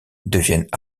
deviennent